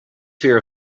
fear